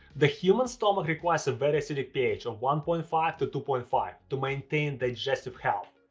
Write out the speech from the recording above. the human stomach requires a very acidic ph of one point five to two point five to maintain digestive health,